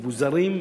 מבוזרים,